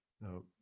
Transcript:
no